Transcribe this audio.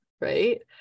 right